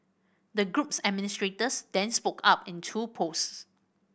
the group's administrators then spoke up in two posts